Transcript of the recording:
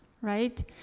right